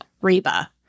Reba